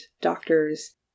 doctors